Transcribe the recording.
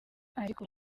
ariko